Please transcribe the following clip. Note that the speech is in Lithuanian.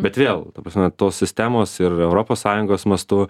bet vėl ta prasme tos sistemos ir europos sąjungos mastu